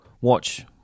watch